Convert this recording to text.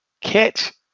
catch